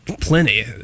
Plenty